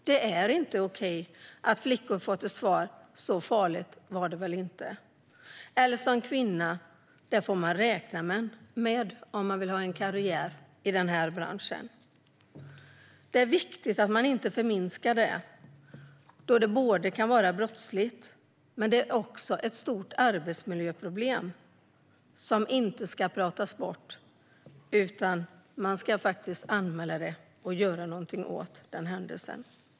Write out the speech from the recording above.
Det är inte okej att flickor får till svar: Så farligt var det väl inte. Det är inte okej att kvinnor får höra: Det får man räkna med om man vill ha en karriär i den här branschen. Det är viktigt att man inte förminskar detta, då det både kan vara brottsligt och är ett stort arbetsmiljöproblem som inte ska pratas bort. Man ska anmäla detta och göra något åt händelsen.